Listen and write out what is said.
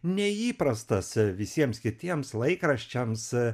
neįprastas visiems kitiems laikraščiams